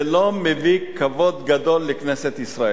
זה לא מביא כבוד גדול לכנסת ישראל.